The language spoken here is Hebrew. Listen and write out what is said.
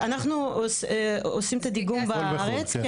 אנחנו עושים את הדיגום בארץ.